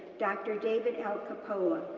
dr. david l. coppola,